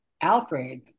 Alfred